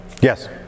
Yes